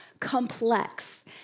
complex